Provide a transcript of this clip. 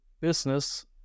business